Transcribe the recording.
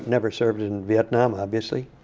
never served in vietnam, obviously